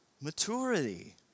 maturity